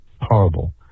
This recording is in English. horrible